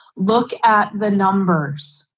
look at the numbers.